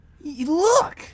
Look